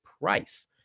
price